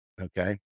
okay